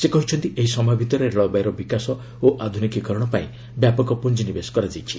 ସେ କହିଛନ୍ତି ଏହି ସମୟ ଭିତରେ ରେଳବାଇର ବିକାଶ ଓ ଆଧୁନିକୀକରଣ ପାଇଁ ବ୍ୟାପକ ପୁଞ୍ଜିନିବେଶ ହୋଇଛି